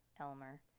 Elmer